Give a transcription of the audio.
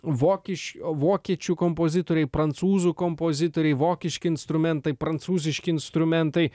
vokiš o vokiečių kompozitoriai prancūzų kompozitoriai vokiški instrumentai prancūziški instrumentai